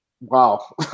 wow